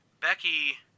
Becky